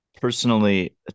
personally